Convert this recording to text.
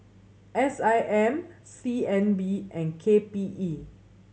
S I M C N B and K P E